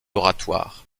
oratoire